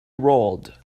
rolled